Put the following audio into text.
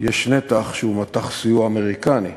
יש נתח שהוא מט"ח, סיוע אמריקני,